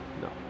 No